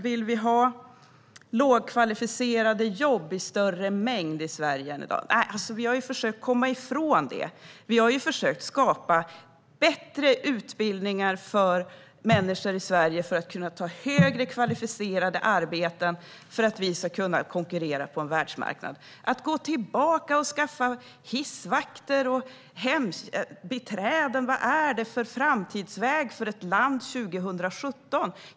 Vill vi ha lågkvalificerade jobb i större mängd än i dag i Sverige? Nej, vi har försökt att komma ifrån det. Vi har försökt att skapa bättre utbildningar för människor i Sverige för att de ska kunna ta högre kvalificerade arbeten så att Sverige ska kunna konkurrera på en världsmarknad. Att gå tillbaka och skaffa hissvakter och hembiträden - vad är det för framtidsväg för ett land 2017?